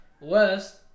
worst